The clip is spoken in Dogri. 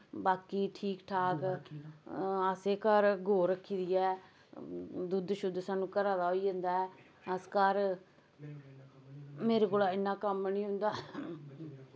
बाकि ठीक ठाक असें घर गौ रक्खी दी ऐ दुध्द शुद्द साह्नू घरा दा होई जंदा ऐ अस घर मेरे कोला इन्ना कम्म निं होंदा